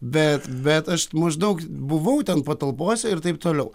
bet bet aš maždaug buvau ten patalpose ir taip toliau